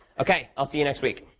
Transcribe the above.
ok, i'll see you next week.